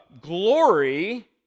glory